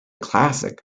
classic